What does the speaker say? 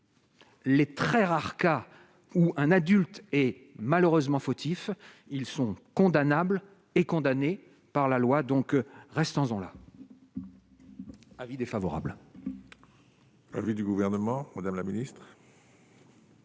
Les très rares cas où un adulte et malheureusement fautifs, ils sont condamnables et condamnées par la loi, donc restons-en là. Avis défavorable. Avis du gouvernement, Madame la Ministre.